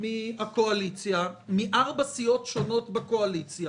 מן הקואליציה, מארבע סיעות שונות בקואליציה.